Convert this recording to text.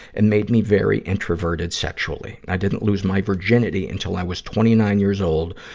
and made me very introverted sexually. i didn't lose my virginity until i was twenty nine years old,